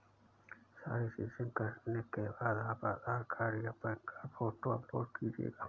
सारी चीजें करने के बाद आप आधार कार्ड या पैन कार्ड फोटो अपलोड कीजिएगा